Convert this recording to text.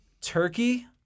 turkey